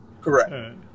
correct